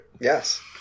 Yes